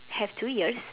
have two ears